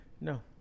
No